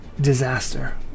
disaster